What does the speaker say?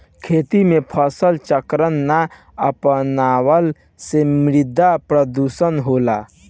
खेती में फसल चक्र ना अपनवला से मृदा प्रदुषण होला